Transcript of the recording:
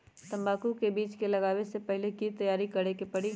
तंबाकू के बीज के लगाबे से पहिले के की तैयारी करे के परी?